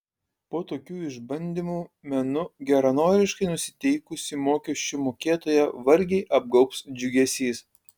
po tokių išbandymų menu geranoriškai nusiteikusį mokesčių mokėtoją vargiai apgaubs džiugesys